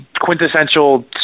quintessential